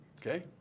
okay